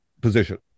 position